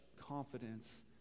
confidence